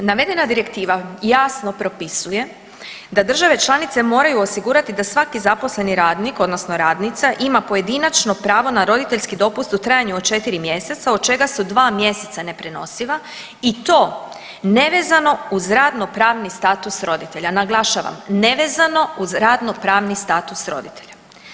Navedena direktiva jasno propisuje da države članice moraju osigurati da svaki zaposleni radnik odnosno radnica ima pojedinačno pravo na roditeljski dopust u trajanju od 4 mjeseca od čega su dva mjeseca neprenosiva i to nevezano uz radnopravni status roditelja, naglašavan nevezano uz radnopravni status roditelja.